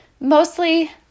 Mostly